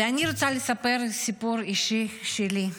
ואני רוצה לספר סיפור אישי שלי.